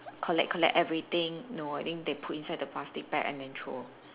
collect collect everything no I think they put inside the plastic bag and then throw